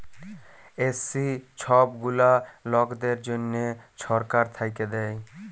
SC ছব গুলা লকদের জ্যনহে ছরকার থ্যাইকে দেয়